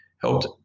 helped